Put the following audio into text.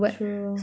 true